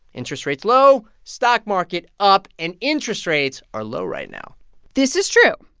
interest rates low, stock market up. and interest rates are low right now this is true.